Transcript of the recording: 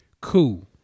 cool